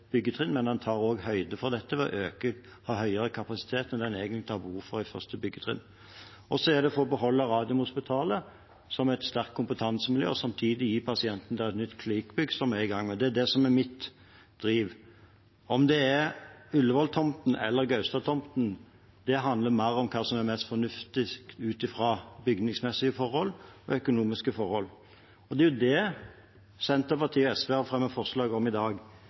byggetrinn. Men en tar også høyde for dette ved å ha høyere kapasitet enn en egentlig har behov for i første byggetrinn. Det handler også om å beholde Radiumhospitalet som et sterkt kompetansemiljø og samtidig gi pasientene der et nytt klinikkbygg, som er i gang. Det er det som driver meg. Om det er Ullevål-tomten eller Gaustad-tomten – det handler mer om hva som er mest fornuftig ut fra bygningsmessige forhold og økonomiske forhold. Og det er jo det Senterpartiet og SV har fremmet forslag om i dag.